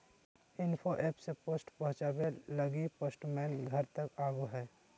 info app से post पहुचावे लगी पोस्टमैन घर तक आवो हय